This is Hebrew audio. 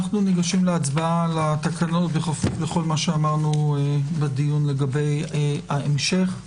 אנחנו ניגשים להצבעה על התקנות בכפוף לכל מה שאמרנו בדיון לגבי ההמשך.